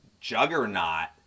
juggernaut